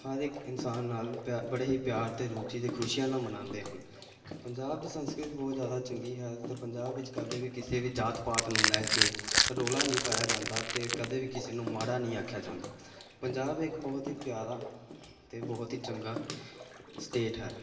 ਹਰ ਇੱਕ ਇਨਸਾਨ ਨਾਲ ਪਿਆ ਬੜੇ ਹੀ ਪਿਆਰ ਅਤੇ ਰੁਚੀ ਅਤੇ ਖੁਸ਼ੀਆਂ ਨਾਲ ਮਨਾਉਂਦੇ ਹਨ ਪੰਜਾਬ ਦੀ ਸੰਸਕ੍ਰਿਤੀ ਬਹੁਤ ਜ਼ਿਆਦਾ ਚੰਗੀ ਹੈ ਅਤੇ ਪੰਜਾਬ ਵਿੱਚ ਕਦੇ ਵੀ ਕਿਸੇ ਵੀ ਜਾਤ ਪਾਤ ਨੂੰ ਲੈ ਕੇ ਰੌਲਾ ਨਹੀਂ ਪਾਇਆ ਜਾਂਦਾ ਅਤੇ ਕਦੇ ਵੀ ਕਿਸੇ ਨੂੰ ਮਾੜਾ ਨਹੀਂ ਆਖਿਆ ਜਾਂਦਾ ਪੰਜਾਬ ਇੱਕ ਬਹੁਤ ਹੀ ਪਿਆਰਾ ਅਤੇ ਬਹੁਤ ਹੀ ਚੰਗਾ ਸਟੇਟ ਹੈ